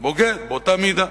"בוגד", באותה מידה.